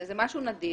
זה משהו נדיר.